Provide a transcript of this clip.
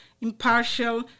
impartial